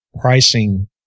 pricing